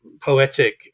poetic